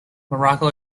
morocco